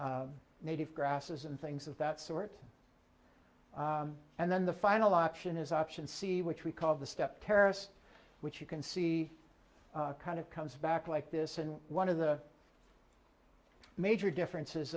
some native grasses and things of that sort and then the final option is option c which we call the step terrace which you can see kind of comes back like this and one of the major differences